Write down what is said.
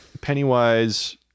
Pennywise